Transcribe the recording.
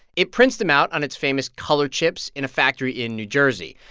it prints them out on its famous color chips in a factory in new jersey.